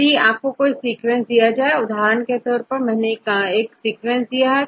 यदिआप कोई सीक्वेंस दे उदाहरण के तौर पर मैंने एक सीक्वेंस दिया है